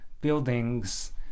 buildings